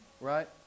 right